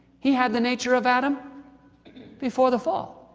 he had the nature of adam before the fall.